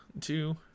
two